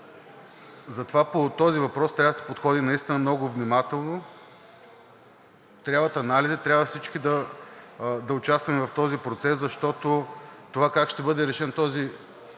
Затова по този въпрос трябва да се подходи наистина много внимателно. Трябват анализи, трябва всички да участваме в този процес, защото това как ще бъде решен този въпрос